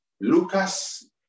Lucas